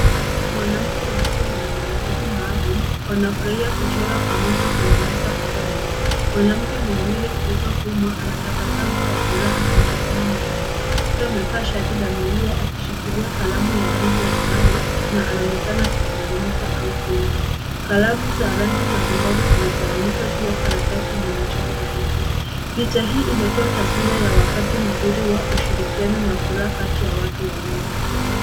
Mwanamke na mtoto mwenye mahitaji maalumu, wanafurahia kuchora pamoja kwenye meza kubwa nyeupe. Mwanamke mwenye nywele zilizofumwa anatabasamu kwa furaha akimtazama mtoto. Mtoto amevaa shati la milia akishikilia kalamu ya rangi ya njano na anaonekana akizungumza au kuimba. Kalamu za rangi mbalimbali zimetawanyika juu ya karatasi yenye michoro rahisi. Picha hii inatoa taswira ya wakati mzuri wa ushirikiano na furaha kati ya watu wawili.